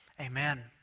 Amen